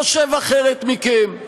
חושב אחרת מכם,